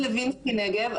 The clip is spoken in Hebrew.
מכרז לוינסקי נגב,